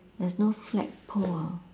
there's no flagpole